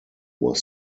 were